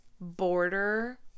border